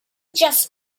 just